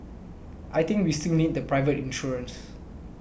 I think we still need the private insurers